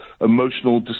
emotional